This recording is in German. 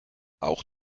auch